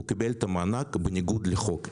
הוא קיבל את המענק בניגוד לחוק.